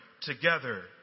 together